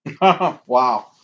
Wow